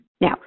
now